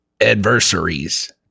adversaries